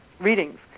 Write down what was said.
readings